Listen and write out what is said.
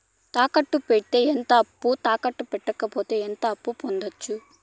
తాకట్టు పెడితే ఎంత అప్పు, తాకట్టు పెట్టకపోతే ఎంత అప్పు పొందొచ్చు?